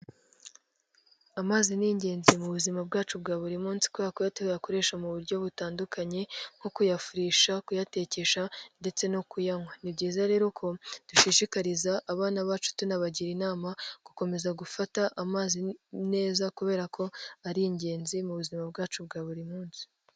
Amazi ni ingenzi mu buzima bwacu bwa buri munsi kubera ko tuyakoresha mu buryo butandukanye nko kuyafurisha, kuyatekesha ndetse no kuyanywa. Ni byiza rero ko dushishikariza abana bacu tunabagira inama gukomeza gufata amazi neza, kubera ko ari ingenzi mu buzima bwacu bwa buri munsi.